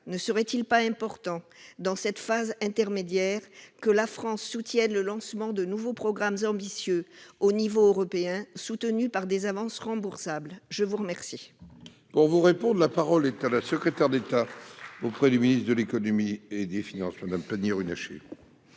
ne serait-il pas important dans cette phase intermédiaire que la France appuie le lancement de nouveaux programmes ambitieux au niveau européen, soutenus par des avances remboursables ? Très bien